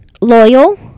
loyal